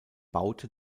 baute